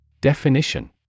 Definition